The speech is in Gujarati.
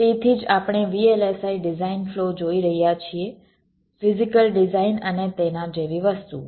તેથી જ આપણે VLSI ડિઝાઇન ફ્લો જોઈ રહ્યા છીએ ફિઝીકલ ડિઝાઇન અને તેના જેવી વસ્તુઓ